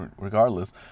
Regardless